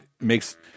makes